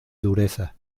dureza